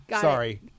Sorry